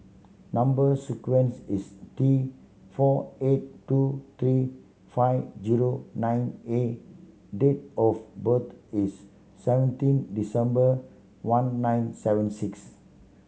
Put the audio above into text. number sequence is T four eight two three five zero nine A date of birth is seventeen December one nine seven six